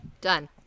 done